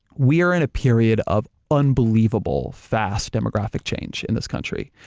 we are in a period of unbelievable fast demographic change in this country,